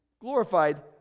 glorified